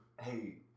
Hey